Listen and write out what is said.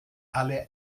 alle